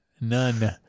None